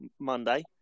Monday